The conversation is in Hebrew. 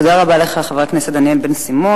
תודה רבה לחבר הכנסת דניאל בן-סימון.